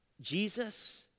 Jesus